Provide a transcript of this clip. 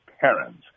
parents